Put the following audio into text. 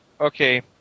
okay